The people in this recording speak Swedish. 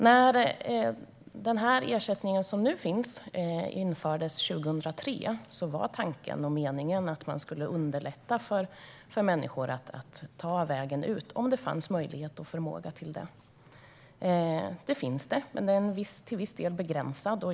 När den ersättning som nu finns infördes, 2003, var tanken att underlätta för människor att ta sig ut, om det fanns möjlighet och förmåga till det. Det finns det, men den är till viss del begränsad.